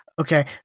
Okay